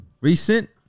recent